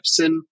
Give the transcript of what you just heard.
Epson